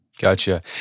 Gotcha